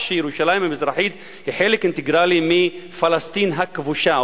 שירושלים המזרחית היא חלק אינטגרלי של פלסטין הכבושה,